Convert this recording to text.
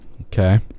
Okay